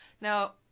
Now